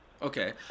Okay